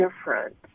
different